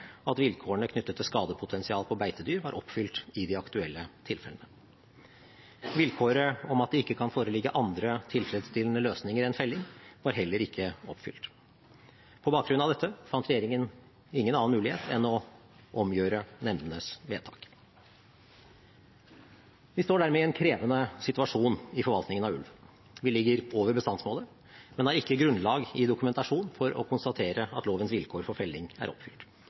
at vilkårene knyttet til skadepotensial på beitedyr var oppfylt i de aktuelle tilfellene. Vilkåret om at det ikke kan foreligge andre tilfredsstillende løsninger enn felling, var heller ikke oppfylt. På bakgrunn av dette fant regjeringen ingen annen mulighet enn å omgjøre nemndenes vedtak. Vi står dermed i en krevende situasjon i forvaltningen av ulv. Vi ligger over bestandsmålet, men har ikke grunnlag i dokumentasjon for å konstatere at lovens vilkår for felling er oppfylt.